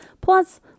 Plus